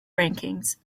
rankings